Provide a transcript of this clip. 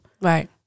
Right